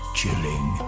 chilling